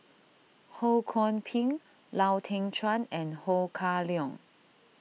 Ho Kwon Ping Lau Teng Chuan and Ho Kah Leong